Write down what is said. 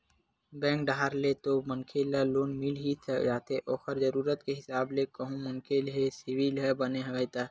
bank डाहर ले तो मनखे ल लोन मिल ही जाथे ओखर जरुरत के हिसाब ले कहूं मनखे के सिविल ह बने हवय ता